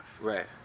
Right